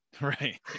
right